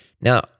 Now